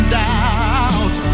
doubt